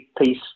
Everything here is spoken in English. piece